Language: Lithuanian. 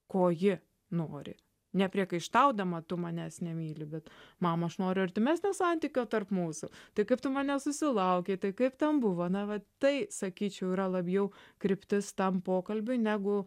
ko ji nori nepriekaištaudama tu manęs nemyli bet mama aš noriu artimesnio santykio tarp mūsų tai kaip tu manęs susilaukei tai kaip ten buvo na tai sakyčiau yra labiau kryptis tam pokalbiui negu